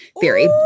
theory